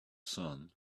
sun